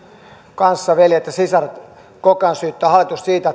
kanssaveljet ja sisaret koko ajan syyttävät hallitusta siitä